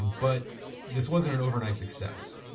but this wasn't an overnight success,